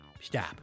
stop